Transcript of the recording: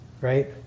right